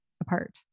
apart